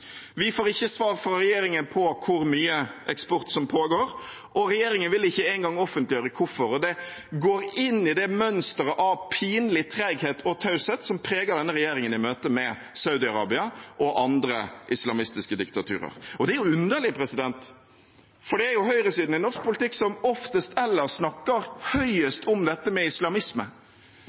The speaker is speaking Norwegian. Vi får ikke svar fra regjeringen på hvor mye eksport som pågår, og regjeringen vil ikke engang offentliggjøre hvorfor. Det går inn i det mønsteret av pinlig treghet og taushet som preger denne regjeringen i møte med Saudi-Arabia og andre islamistiske diktaturer. Det er underlig, for det er jo høyresiden i norsk politikk som oftest ellers snakker høyest om dette med islamisme,